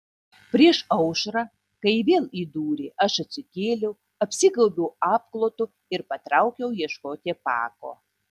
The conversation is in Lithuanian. prieš aušrą kai vėl įdūrė aš atsikėliau apsigaubiau apklotu ir patraukiau ieškoti pako